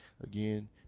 again